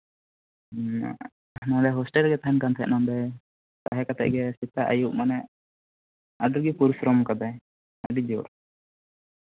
ᱱᱚᱰᱮ ᱦᱚᱥᱴᱮᱞᱨᱮ ᱛᱟᱦᱮᱱ ᱠᱟᱱ ᱛᱟᱦᱮᱜᱼᱮ ᱱᱚᱰᱮ ᱛᱟᱦᱮ ᱠᱟᱛᱮᱜ ᱜᱮ ᱥᱮᱛᱟᱜ ᱟᱹᱭᱩᱵᱽ ᱢᱟᱱᱮ ᱟᱹᱰᱤᱜᱮ ᱯᱚᱨᱤᱥᱚᱨᱚᱢ ᱠᱟᱫᱟᱭ ᱟᱹᱰᱤ ᱡᱳᱨ